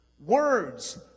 Words